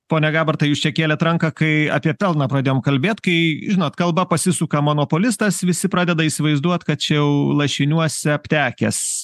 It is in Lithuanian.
pone gabartai jūs čia kėlėt ranką kai apie pelną pradėjom kalbėt kai žinot kalba pasisuka monopolistas visi pradeda įsivaizduot kad čia jau lašiniuose aptekęs